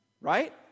Right